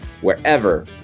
wherever